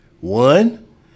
One